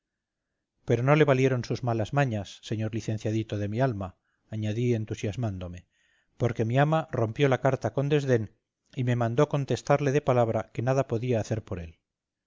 pero no le valieron sus malas mañas señor licenciadito de mi alma añadí entusiasmándome porque mi ama rompió la carta con desdén y me mandó contestarle de palabra que nada podía hacer por él